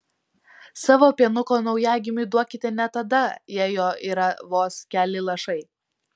savo pienuko naujagimiui duokite net tada jei jo yra vos keli lašai